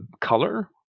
color